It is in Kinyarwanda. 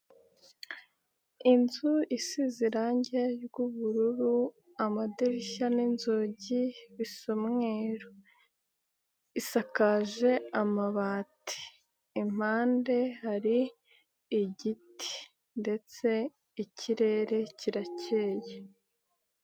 Inzu isize irangi ry'ubururu, amadirishya nzugi bisomweruru. Isakaje amabati impande hari igiti ndetse ikirere kirakeye.